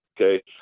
okay